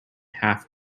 half